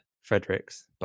Fredericks